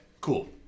cool